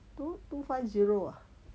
two two five zero